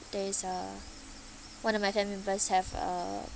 there is uh one of my family members have a